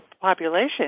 population